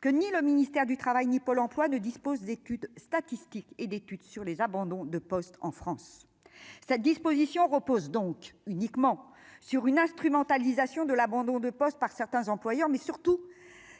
que ni le ministère du Travail ni Pôle emploi ne dispose d'études statistiques et d'études sur les abandons de poste en France, cette disposition repose donc uniquement sur une instrumentalisation de l'abandon de poste par certains employeurs mais surtout